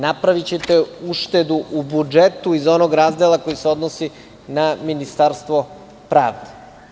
Napravićete uštedu u budžetu iz onoga razdela koji se odnosi na Ministarstvo pravde.